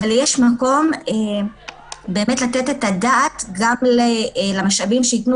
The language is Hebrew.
אבל יש מקום לתת את הדעת גם למשאבים שייתנו